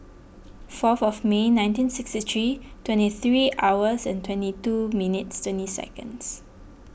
fourth of May nineteen sixty three twenty three hours and twenty two minutes twenty seconds